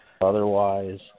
Otherwise